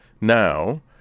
now